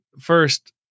first